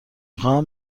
خواهم